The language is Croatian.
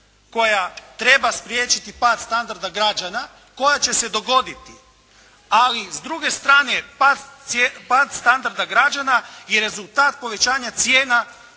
koja treba spriječiti pad standarda građana koja će se dogoditi, ali s druge strane, pad standarda građana je rezultat povećanja cijena